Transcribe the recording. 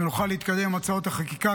ונוכל להתקדם עם הצעות החקיקה,